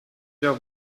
wir